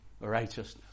righteousness